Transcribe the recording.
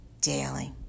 daily